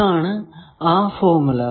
ഇതാണ് ആ ഫോർമുല